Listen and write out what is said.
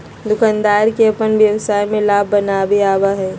दुकानदार के अपन व्यवसाय में लाभ बनावे आवा हई